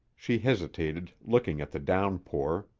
she hesitated, looking at the downpour.